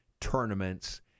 tournaments